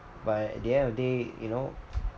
but I at the end of the day you know